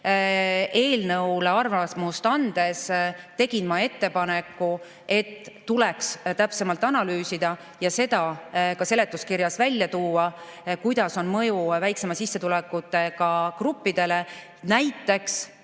eelnõu kohta arvamust andes tegin ma ettepaneku, et tuleks täpsemalt analüüsida ja ka seletuskirjas välja tuua, milline on mõju väiksema sissetulekuga gruppidele, näiteks